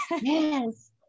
Yes